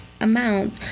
amount